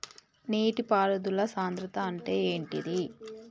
నీటి పారుదల సంద్రతా అంటే ఏంటిది?